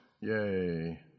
Yay